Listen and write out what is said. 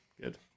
Good